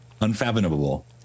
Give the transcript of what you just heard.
Unfathomable